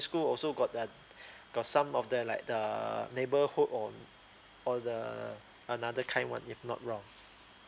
school also got uh got some of the like the neighbourhood or or the another kind one if not wrong